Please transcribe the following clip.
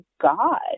God